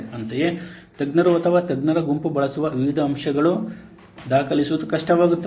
ಅಂತೆಯೇ ತಜ್ಞರು ಅಥವಾ ತಜ್ಞರ ಗುಂಪು ಬಳಸುವ ವಿವಿಧ ಅಂಶಗಳನ್ನು ದಾಖಲಿಸುವುದು ಕಷ್ಟವಾಗುತ್ತದೆ